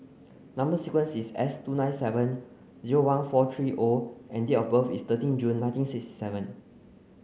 number sequence is S two nine seven zero one four three O and date of birth is thirteen June nineteen six seven